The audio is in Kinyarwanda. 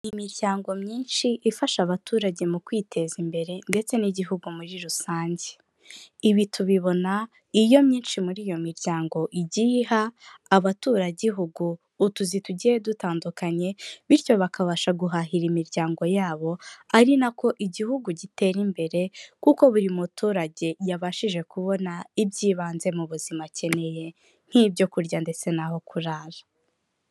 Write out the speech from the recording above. Imiryango myinshi ifasha abaturage mu kwiteza imbere ndetse n'igihugu muri rusange, ibi tubibona iyo myinshi muri iyo miryango igiye iha abaturagihugu utuzi tugiye dutandukanye, bityo bakabasha guhahira imiryango yabo ari nako igihugu gitera imbere kuko buri muturage yabashije kubona ibyibanze mu buzima akeneye, nk'ibyo kurya ndetse ntaho kurara.